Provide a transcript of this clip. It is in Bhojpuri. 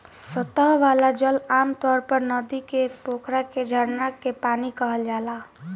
सतह वाला जल आमतौर पर नदी के, पोखरा के, झरना के पानी कहल जाला